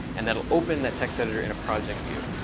and that will open that text editor in a project view.